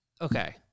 okay